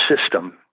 system